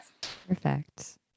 perfect